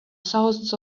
thousands